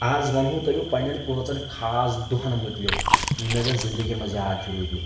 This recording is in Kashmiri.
آز ونہو تۄہہِ بہٕ پنٕنؠن پانٛژن خاص دۄہَن مُتعلِق یِم مےٚ زن زندگی منٛز یاد چھُ روٗدمُت